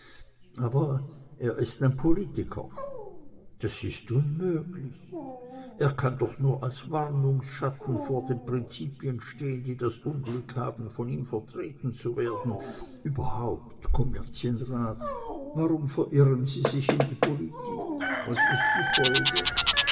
aber er ist ein politiker das ist unmöglich er kann doch nur als warnungsschatten vor den prinzipien stehen die das unglück haben von ihm vertreten zu werden überhaupt kommerzienrat warum verirren sie sich in die politik was ist die folge